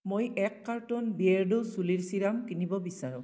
মই এক কাৰ্টন বিয়েৰ্ডো চুলিৰ চিৰাম কিনিব বিচাৰোঁ